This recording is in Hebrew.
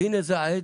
והנה זה העת,